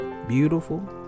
beautiful